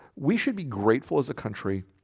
we should be grateful as a country